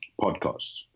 podcasts